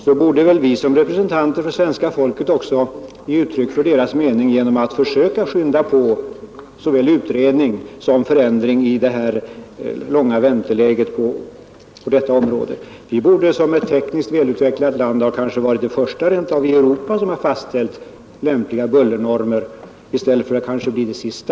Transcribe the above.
Vi borde som representanter för svenska folket ge uttryck för folkets mening genom att försöka skynda på utredningsarbetet och bryta den långa väntan. Sverige borde som ett tekniskt väl utvecklat land ha varit det första landet i Europa att fastställa lämpliga bullernormer i stället för att kanske bli det sista.